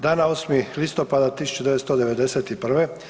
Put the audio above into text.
Dana 8. listopada 1991.